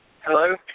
Hello